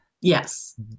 Yes